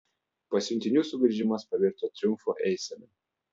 pasiuntinių sugrįžimas pavirto triumfo eisena